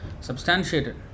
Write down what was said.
substantiated